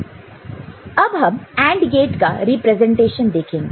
अब हम AND gate का रिप्रेजेंटेशन देखेंगे